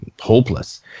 hopeless